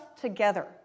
together